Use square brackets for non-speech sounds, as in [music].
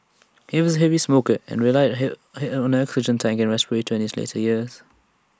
he was A heavy smoker and relied A Head head on an [unintelligible] oxygen tank and respirator in his later years